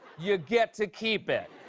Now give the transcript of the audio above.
you get to keep it.